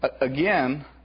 Again